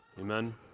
amen